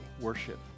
worship